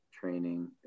training